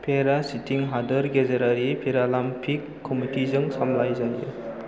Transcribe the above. पेरा सिटिं हादोर गेजेरारि पेरालाम्पिक कमिटिजों सामलाय जायो